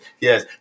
yes